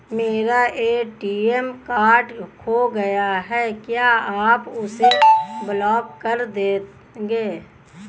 मेरा ATM card खो गया है क्या आप उसे ब्लॉक कर देंगे?